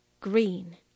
green